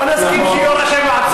בואו נסכים שיהיו ראשי מועצות.